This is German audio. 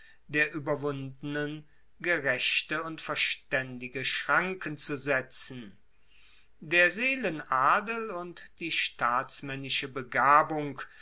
der ueberwundenen gerechte und verstaendige schranken zu setzen der seelenadel und die staatsmaennische begabung